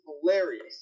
hilarious